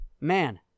man